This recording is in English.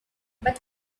but